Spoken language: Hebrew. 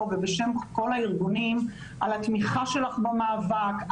ובשם כל הארגונים על התמיכה שלך במאבק,